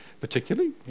particularly